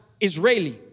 Israeli